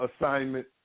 assignment